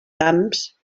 camps